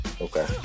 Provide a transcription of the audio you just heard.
Okay